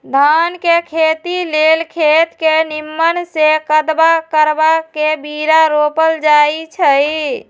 धान के खेती लेल खेत के निम्मन से कदबा करबा के बीरा रोपल जाई छइ